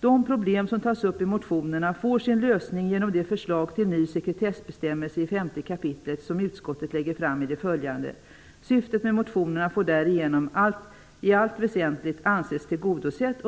''De problem som tas upp i motionerna får sin lösning genom det förslag till en ny sekretessbestämmelse i 5 kap. som utskottet lägger fram i det följande. Syftet med motionerna får därigenom i allt väsentligt anses tillgodosett.